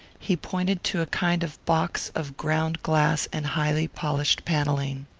he pointed to a kind of box of ground glass and highly polished panelling.